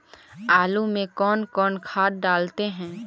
आलू में कौन कौन खाद डालते हैं?